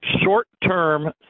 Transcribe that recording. short-term